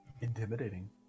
Intimidating